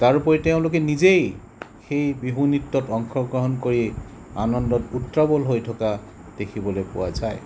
তাৰোপৰি তেওঁলোকে নিজেই সেই বিহু নৃত্যত অংশগ্ৰহণ কৰি আনন্দত উত্ৰাৱল হৈ থকা দেখিবলৈ পোৱা যায়